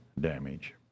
damage